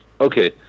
Okay